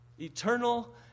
eternal